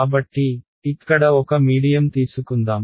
కాబట్టి ఇక్కడ ఒక మీడియం తీసుకుందాం